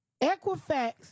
Equifax